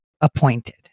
appointed